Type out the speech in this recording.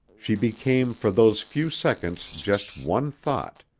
she became for those few seconds just one thought